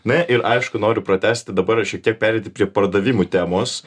na ir aišku noriu pratęsti dabar šitiek pereiti prie pardavimų temos